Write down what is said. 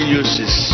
uses